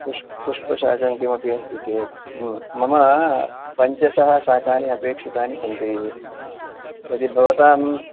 पुष्पशाकं किमपि अस्ति चेत् मम पञ्चशः शाकानि अपेक्षितानि सन्ति यदि भवतां